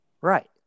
Right